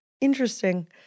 Interesting